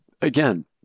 Again